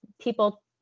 people